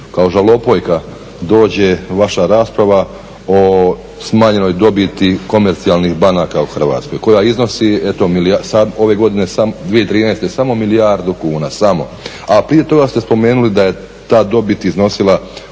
kao žalopojka dođe vaša rasprava o smanjenoj dobiti komercijalnih banaka u Hrvatskoj koja iznosi 2013.samo milijardu kuna, samo. A prije toga ste spomenuli da je ta dobit iznosila